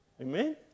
Amen